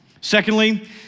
Secondly